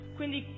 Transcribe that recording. quindi